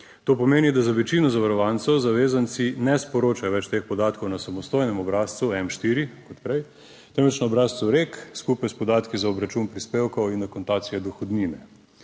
To pomeni, da za večino zavarovancev zavezanci ne sporočajo več teh podatkov na samostojnem obrazcu M4 kot prej, temveč na obrazcu REK, skupaj s podatki za obračun prispevkov in akontacije dohodnine.